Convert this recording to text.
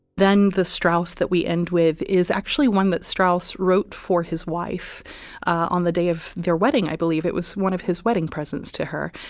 then the strauss that we end with is actually one that strauss wrote for his wife on the day of their wedding. i believe it was one of his wedding presence to her.